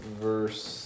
verse